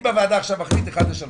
אני בוועדה עכשיו מחליט אחד לשלוש.